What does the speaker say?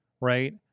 Right